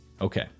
Okay